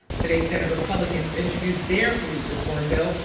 today, senate republicans introduced their police reform bill.